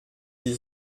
die